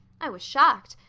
i was shocked.